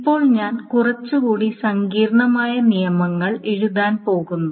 ഇപ്പോൾ ഞാൻ കുറച്ചുകൂടി സങ്കീർണ്ണമായ നിയമങ്ങൾ എഴുതാൻ പോകുന്നു